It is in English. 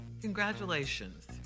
Congratulations